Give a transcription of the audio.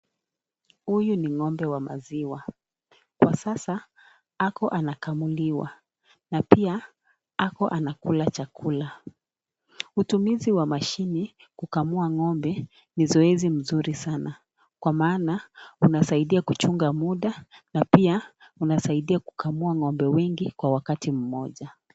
Huyu ni ng'ombe wa maziwa kwa sasa ako anakamuliwa na pia ako anakula chakula, utumizi wa mashini kukamua ng'ombe ni zoezi nzuri sana kwa maana unasaidia kujunga muda na pia unasaidia kukamua ng'ombe wengi kwa wakati moja.